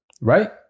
right